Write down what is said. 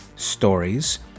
stories